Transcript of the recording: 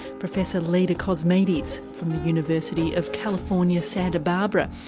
professor leda cosmides from the university of california, santa barbara.